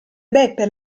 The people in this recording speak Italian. beppe